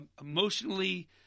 emotionally